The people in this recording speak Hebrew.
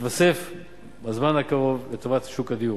שכל 140,000 יחידות הדיור